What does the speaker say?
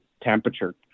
temperature